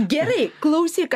gerai klausyk